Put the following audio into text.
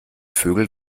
vögel